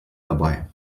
dabei